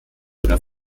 oder